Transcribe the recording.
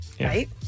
right